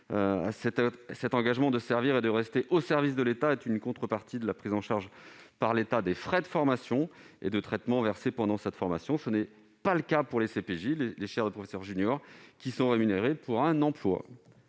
Cet engagement de servir et de rester au service de l'État est une contrepartie de la prise en charge par l'État des frais de formation et de traitements versés pendant cette formation. Ce n'est pas le cas pour les chaires de professeur junior, qui sont rémunérées pour un emploi.